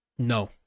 No